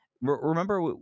remember